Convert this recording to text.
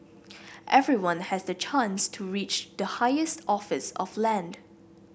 everyone has the chance to reach the highest office of land